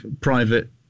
private